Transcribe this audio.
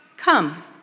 Come